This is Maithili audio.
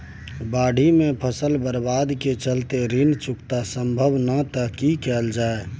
बाढि में फसल बर्बाद के चलते ऋण चुकता सम्भव नय त की कैल जा?